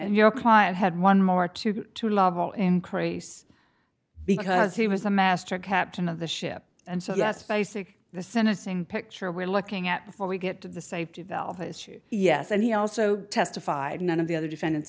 and your client had one more to go to level increase because he was the master captain of the ship and so that's basically the sentencing picture we're looking at before we get to the safety valve yes and he also testified none of the other defendants